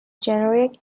generic